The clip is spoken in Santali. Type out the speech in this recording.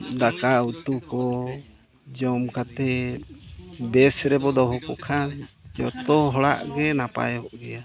ᱫᱟᱠᱟᱼᱩᱛᱩ ᱠᱚ ᱡᱚᱢ ᱠᱟᱛᱮᱫ ᱵᱮᱥ ᱨᱮᱵᱚ ᱫᱚᱦᱚ ᱠᱚ ᱠᱷᱟᱱ ᱡᱚᱛᱚ ᱦᱚᱲᱟᱜ ᱜᱮ ᱱᱟᱯᱟᱭᱚᱜ ᱜᱮᱭᱟ